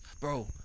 Bro